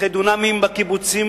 שטחי דונמים בקיבוצים,